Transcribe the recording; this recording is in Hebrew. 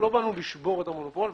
אנחנו לא באנו לשבור את המונופול.